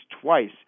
twice